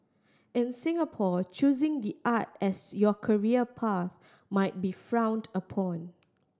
in Singapore choosing the art as your career path might be frowned upon